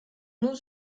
nous